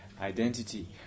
identity